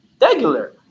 regular